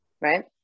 right